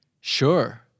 Sure